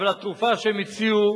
אבל התרופה שהם הציעו,